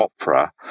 opera